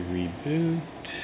reboot